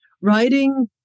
writing